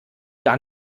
gar